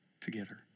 together